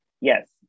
yes